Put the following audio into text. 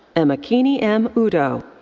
emekini m. udoh.